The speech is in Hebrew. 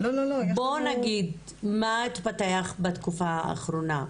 בואו נגיד מה התפתח בתקופה האחרונה,